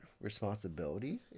responsibility